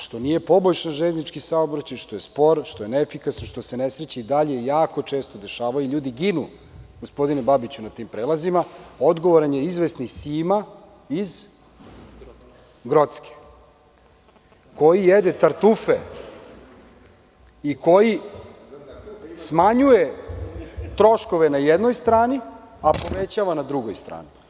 Što nije poboljšan železnički saobraćaj, što je spor, što je neefikasan, što se nesreće i dalje jako često dešavaju, ljudi ginu, gospodine Babiću na tim prelazima, odgovoran je izvesni Sima iz Grocke koji jede tartufe i koji smanjuje troškove na jednoj strani, a povećava na drugoj strani.